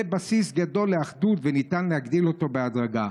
זה בסיס גדול לאחדות, וניתן להגדיל אותו בהדרגה.